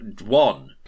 one